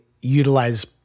utilize